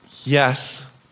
Yes